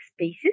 spaces